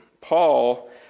Paul